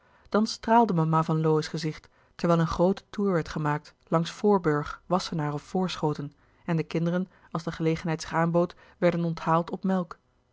dan straalde mama van lowe's gezicht terwijl een groote toer werd gemaakt langs voorburg wassenaar of voorschoten en de kinderen als de gelegenheid zich aanbood werden onthaald op melk